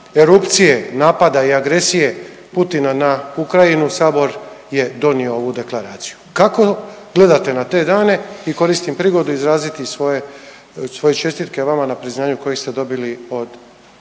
erupcije, napada i agresije Putina na Ukrajinu Sabor je donio ovu deklaraciju. Kako gledate na te dane? I koristim prigodu izraziti svoje čestitke vama na priznanju koji ste dobili od ukrajinskog